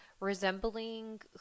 resembling